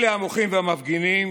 אלה המוחים והמפגינים